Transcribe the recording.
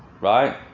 right